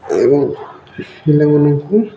ଏବଂ ପିଲାମାନଙ୍କୁ